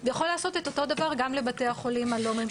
הוא יכול לעשות אותו הדבר גם לבתי החולים הלא ממשלתיים.